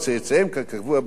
כקבוע בחוק הירושה.